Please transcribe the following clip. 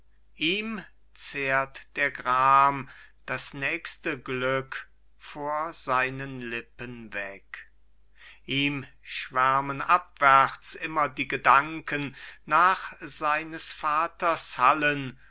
ihm zehrt der gram das nächste glück vor seinen lippen weg ihm schwärmen abwärts immer die gedanken nach seines vaters hallen